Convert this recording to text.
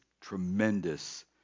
tremendous